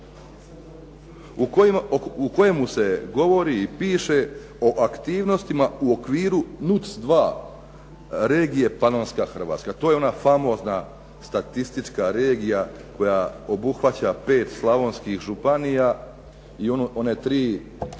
U kojemu se govori i piše o aktivnostima u okviru NUC 2 regije Panonska Hrvatska. To je ona famozna statistička regija koja obuhvaća 5 slavonskih županija, i one 3